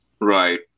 Right